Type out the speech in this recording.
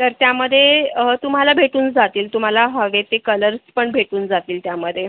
तर त्यामध्ये तुम्हाला भेटून जातील तुम्हाला हवे ते कलर्स पण भेटून जातील त्यामध्ये